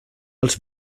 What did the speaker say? els